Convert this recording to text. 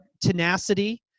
tenacity –